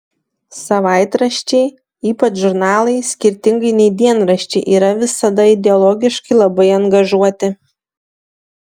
savaitraščiai ypač žurnalai skirtingai nei dienraščiai yra visada ideologiškai labai angažuoti